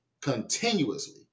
continuously